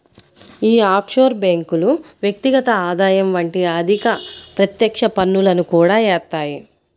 యీ ఆఫ్షోర్ బ్యేంకులు వ్యక్తిగత ఆదాయం వంటి అధిక ప్రత్యక్ష పన్నులను కూడా యేత్తాయి